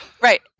Right